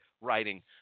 writing